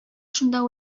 шунда